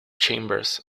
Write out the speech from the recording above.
chambers